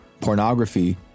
pornography